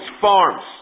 farms